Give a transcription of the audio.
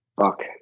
fuck